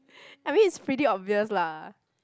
I mean it's pretty obvious lah